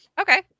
okay